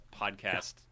podcast